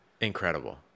Incredible